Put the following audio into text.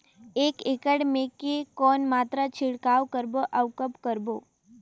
एक एकड़ मे के कौन मात्रा छिड़काव करबो अउ कब करबो?